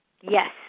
Yes